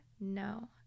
No